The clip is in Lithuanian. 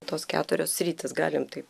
tos keturios sritys galim taip